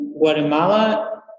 Guatemala